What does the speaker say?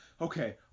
okay